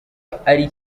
ari